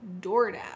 DoorDash